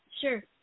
Sure